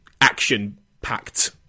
action-packed